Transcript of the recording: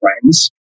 friends